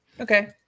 Okay